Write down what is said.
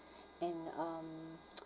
and um